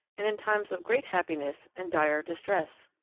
and in times of great happiness and dire distress.